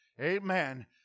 amen